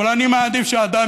אבל אני מעדיף שאדם,